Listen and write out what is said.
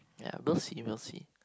ya we'll see we'll see